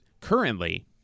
currently